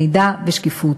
מידע ושקיפות.